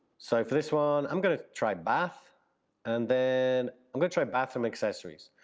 so for this one, i'm gonna try bath and then i'm gonna try bathroom accessories.